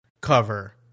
cover